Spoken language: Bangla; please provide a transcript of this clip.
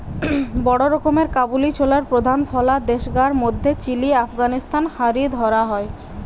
বড় রকমের কাবুলি ছোলার প্রধান ফলা দেশগার মধ্যে চিলি, আফগানিস্তান হারি ধরা হয়